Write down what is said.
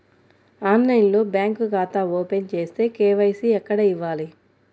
ఆన్లైన్లో బ్యాంకు ఖాతా ఓపెన్ చేస్తే, కే.వై.సి ఎక్కడ ఇవ్వాలి?